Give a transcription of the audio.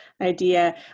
idea